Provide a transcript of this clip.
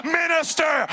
minister